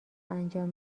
انجام